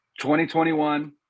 2021